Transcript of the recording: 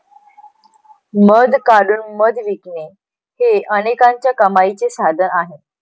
मध काढून मध विकणे हे अनेकांच्या कमाईचे साधन आहे